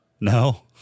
No